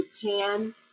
Japan